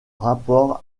rapport